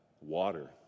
water